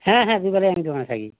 হ্যাঁ হ্যাঁ দুবেলাই আমি দোকানে থাকি